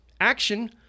action